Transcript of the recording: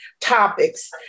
topics